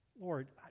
Lord